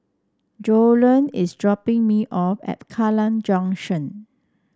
Joellen is dropping me off at Kallang Junction